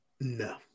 No